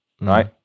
right